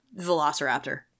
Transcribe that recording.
Velociraptor